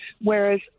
Whereas